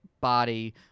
body